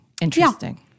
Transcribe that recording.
Interesting